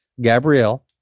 Gabrielle